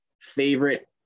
favorite